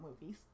movies